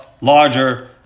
larger